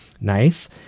nice